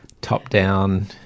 top-down